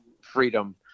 freedom